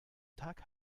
tag